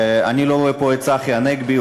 אני לא רואה פה את צחי הנגבי,